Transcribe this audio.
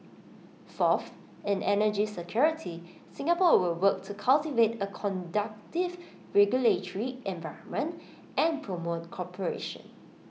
fourth in energy security Singapore will work to cultivate A conducive regulatory environment and promote cooperation